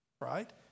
Right